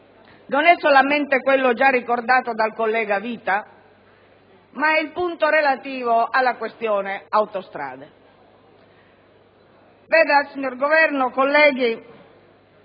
non è solamente quello già ricordato dal collega Vita, ma è il punto relativo alla questione Autostrade. Signor rappresentante